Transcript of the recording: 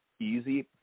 easy